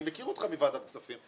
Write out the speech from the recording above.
אני מכיר אותך מוועדת כספים,